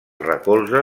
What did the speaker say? recolza